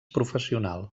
professional